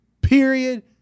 period